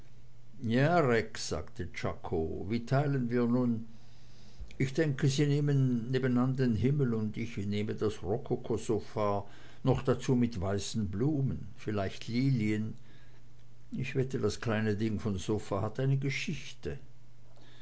ja rex sagte czako wie teilen wir nun ich denke sie nehmen nebenan den himmel und ich nehme das rokokosofa noch dazu mit weißen blumen vielleicht lilien ich wette das kleine ding von sofa hat eine geschichte